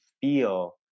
feel